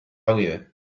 guive